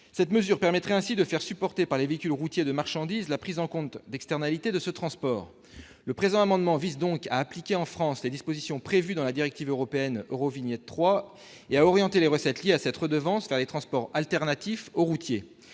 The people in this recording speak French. Cette mesure permettrait ainsi de faire supporter par les véhicules routiers de marchandises la prise en compte d'externalités de ce transport. Le présent amendement vise donc à appliquer en France les dispositions prévues dans la directive européenne Eurovignette III et à orienter les recettes liées à cette redevance vers les transports alternatifs aux transports